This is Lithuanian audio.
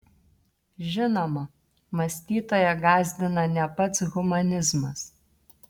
žinoma mąstytoją gąsdina ne pats humanizmas